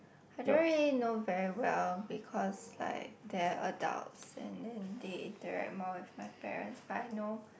I don't really know very well because like they're adults and then they interact more with my parents but I know